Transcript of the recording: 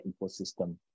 ecosystem